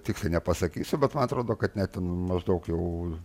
tiksliai nepasakysiu bet man atrodo kad net ten maždaug jau